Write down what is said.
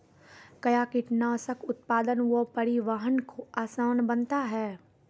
कया कीटनासक उत्पादन व परिवहन को आसान बनता हैं?